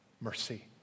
Mercy